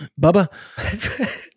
Bubba